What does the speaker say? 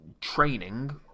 training